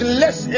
less